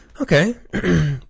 Okay